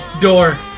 door